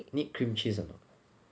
need cream cheese or not